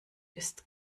ist